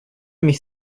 mich